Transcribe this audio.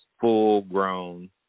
full-grown